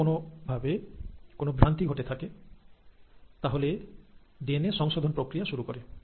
যদি কোনভাবে কোন ভ্রান্তি ঘটে থাকে তাহলে ডিএনএ সংশোধন প্রক্রিয়া শুরু হয়